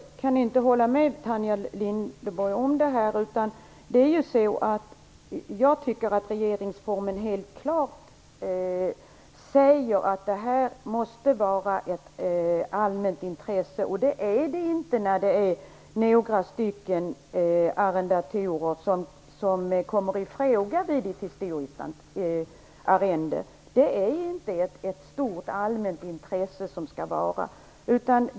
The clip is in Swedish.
Fru talman! Jag kan inte hålla med Tanja Linderborg på den här punkten. Jag tycker att regeringsformen helt klart säger att det här måste röra sig om ett allmänt intresse, och det gör det inte när det är några stycken arrendatorer som kommer i fråga vid ett historiskt arrende. Det rör sig inte om ett stort, allmänt intresse.